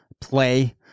play